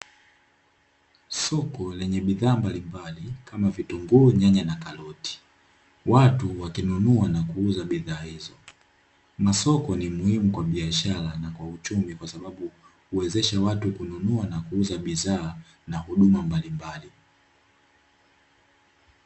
Soko lenye bidhaa mbalimbali kama vitunguu, nyanya, na karoti. Watu wakinunua na kuuza bidhaa hizo. Masoko ni muhimu kwa biashara na kwa uchumi kwa sababu huwezesha watu kununua na kuuza bidhaa na huduma mbalimbali.